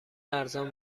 ارزان